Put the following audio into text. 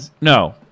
no